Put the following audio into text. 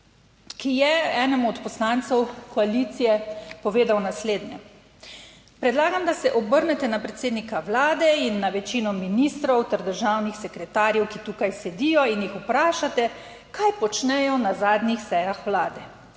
ki je enemu od poslancev koalicije povedal naslednje:" Predlagam, da se obrnete na predsednika Vlade in na večino ministrov ter državnih sekretarjev, ki tukaj sedijo in jih vprašate kaj počnejo na zadnjih sejah Vlade?